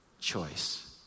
choice